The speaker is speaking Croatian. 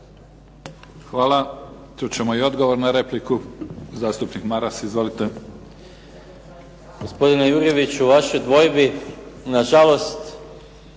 Hvala. Čut ćemo i odgovor na repliku, zastupnik Maras. Izvolite.